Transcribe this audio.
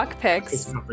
picks